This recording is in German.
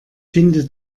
finde